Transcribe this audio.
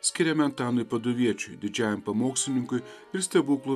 skiriame antanui paduviečiui didžiajam pamokslininkui ir stebuklų